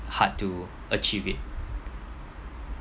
hard to achieve it